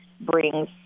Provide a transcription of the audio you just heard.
brings